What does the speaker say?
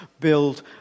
build